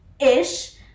ish